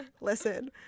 Listen